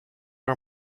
our